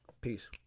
Peace